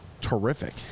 terrific